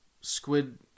Squid